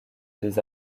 des